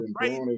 right